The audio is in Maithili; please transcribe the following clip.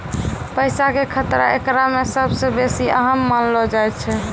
पैसा के खतरा एकरा मे सभ से बेसी अहम मानलो जाय छै